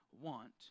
want